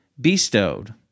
Bestowed